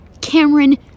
Cameron